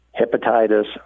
hepatitis